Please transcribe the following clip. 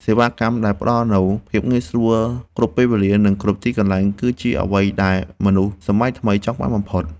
សេវាកម្មដែលផ្ដល់នូវភាពងាយស្រួលគ្រប់ពេលវេលា និងគ្រប់ទីកន្លែង គឺជាអ្វីដែលមនុស្សសម័យថ្មីចង់បានបំផុត។